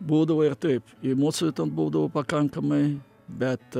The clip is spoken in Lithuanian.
būdavo ir taip emocijų ten būdavo pakankamai bet